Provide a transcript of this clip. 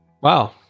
Wow